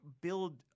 build